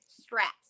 straps